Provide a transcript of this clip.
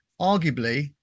arguably